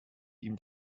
ihm